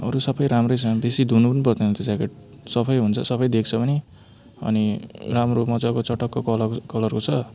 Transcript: अरू सबै राम्रो छ बेसी धुनु पनि पर्दैन त्यो ज्याकेट सफै हुन्छ सफै देख्छ पनि अनि राम्रो मजाको चटक्क कलर कलरको छ